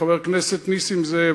חבר הכנסת נסים זאב,